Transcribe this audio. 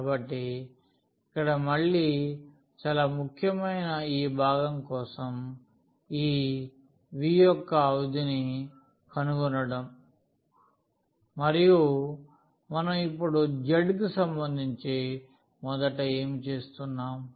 కాబట్టి ఇక్కడ మళ్ళీ చాలా ముఖ్యమైన ఈ భాగం కోసం ఈ V యొక్క అవధిని కనుగొనడం మరియు మనం ఇప్పుడు z కి సంబంధించి మొదట ఏమి చేస్తున్నాం